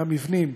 מהמבנים,